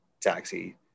taxi